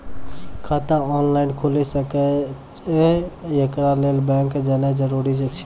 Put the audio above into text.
खाता ऑनलाइन खूलि सकै यै? एकरा लेल बैंक जेनाय जरूरी एछि?